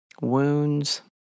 Wounds